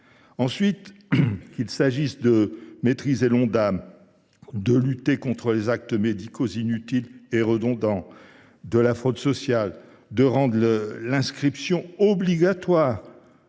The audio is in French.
Ensuite, qu’il s’agisse de maîtriser l’Ondam, de lutter contre les actes médicaux inutiles et redondants ou la fraude sociale, de rendre l’inscription obligatoire